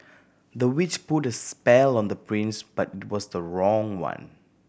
the witch put a spell on the prince but it was the wrong one